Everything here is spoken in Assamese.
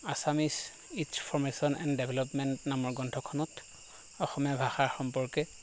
Assamese its formation and development গ্ৰন্থখনত অসমীয়া ভাষাৰ সম্পৰ্কে